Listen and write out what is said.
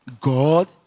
God